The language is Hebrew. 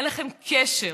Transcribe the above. אין לכם קשר